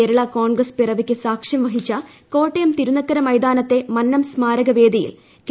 കേരള കോൺഗ്രസ് പിറവിക്ക് സാക്ഷ്യം വഹിച്ചു കോട്ടയം തിരുനക്കര മൈതാനത്തെ മന്നം സ്മാരക വേദിയിൽ കെ